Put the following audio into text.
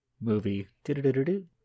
movie